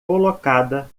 colocada